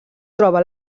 troba